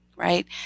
right